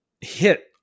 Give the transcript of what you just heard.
hit